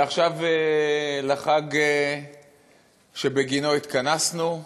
ועכשיו לחג שבגינו התכנסנו,